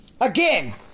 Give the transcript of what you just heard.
again